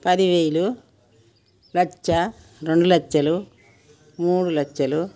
పదివేలు లక్ష రెండు లక్షలు మూడు లక్షలు